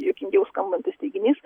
juokingiau skambantis teiginys